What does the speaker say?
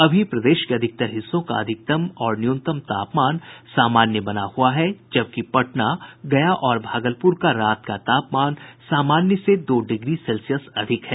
अभी प्रदेश के अधिकतर हिस्सों का अधिकतम और न्यूनतम तापमान सामान्य बना हुआ है जबकि पटना गया और भागलपुर का रात का तापमान सामान्य से दो डिग्री सेल्सियस अधिक है